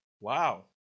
Wow